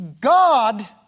God